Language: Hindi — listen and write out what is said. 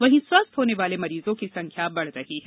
वहीं स्वस्थ होने वाले मरीजों की संख्या बढ़ रही है